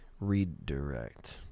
redirect